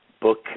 book